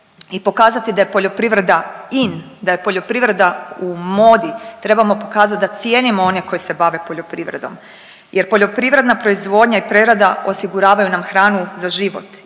i pokazati da je poljoprivreda in, da je poljoprivreda u modi, trebamo pokazati da cijenimo one koji se bave poljoprivredom jer poljoprivredna proizvodnja i prerada osiguravaju nam hranu za život.